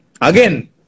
Again